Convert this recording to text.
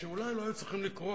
שאולי לא היו צריכים לקרות.